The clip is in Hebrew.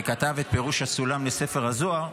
וכתב את פירוש "הסולם" בספר הזוהר,